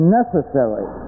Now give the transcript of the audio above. necessary